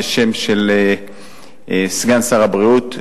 בשם סגן שר הבריאות,